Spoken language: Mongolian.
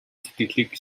сэтгэлийг